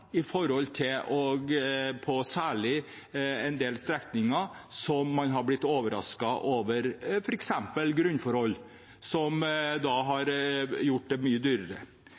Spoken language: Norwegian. på en del strekninger der man har blitt overrasket over f.eks. grunnforhold som har gjort det mye dyrere.